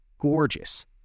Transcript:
gorgeous